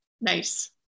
Nice